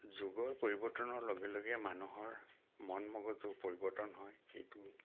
যুগৰ পৰিৱৰ্তনৰ লগে লগে মানুহৰ মন মগজু পৰিৱৰ্তন হয় সেইটো